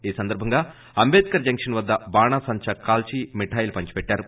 ఈ సందర్భంగా అంబేద్కర్ జంక్షన్ వద్ద బాణాసంచా కాల్సి మిఠాయిలు పంచిపెట్టారు